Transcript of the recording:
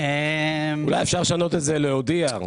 אולי אפשר לשנות את זה להודיע.